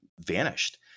vanished